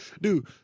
Dude